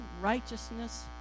righteousness